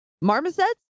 marmosets